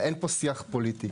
אין פה שיח פוליטי,